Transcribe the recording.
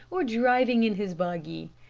or driving in his buggy.